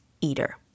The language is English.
eater